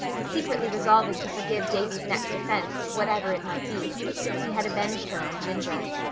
secretly resolving to forgive davy's next offence, whatever it might be, since he had avenged her on ginger.